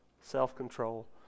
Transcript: Self-control